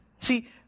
See